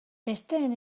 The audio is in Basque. besteen